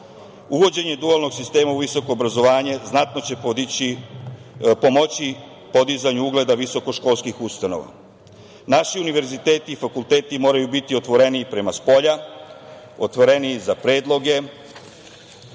Uvođenje dualnog sistema u visoko obrazovanje znatno će pomoći podizanju ugleda visoko školskih ustanova. Naši univerziteta i fakulteti moraju biti otvoreniji prema spolja, otvoreniji za predloge,